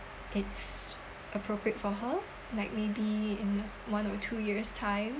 it's appropriate for her like maybe in one or two years' time